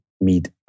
meet